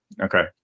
Okay